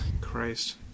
Christ